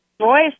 voice